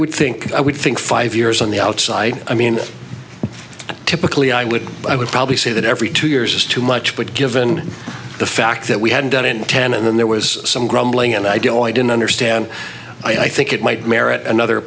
would think i would think five years on the outside i mean typically i would i would probably say that every two years is too much but given the fact that we had done it in ten and then there was some grumbling and i don't know i don't understand i think it might merit another